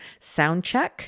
Soundcheck